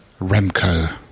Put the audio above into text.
Remco